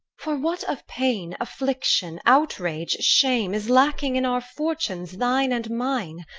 for what of pain, affliction, outrage, shame, is lacking in our fortunes, thine and mine?